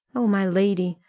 oh, my lady,